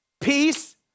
Peace